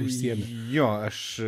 visiems jo aš